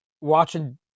watching